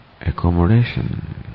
accommodation